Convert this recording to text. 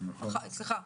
סליחה,